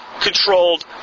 controlled